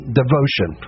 devotion